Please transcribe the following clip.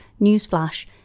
newsflash